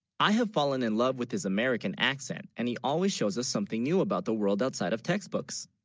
i have fallen in love with his american accent. and he always shows us something new, about the world outside of textbooks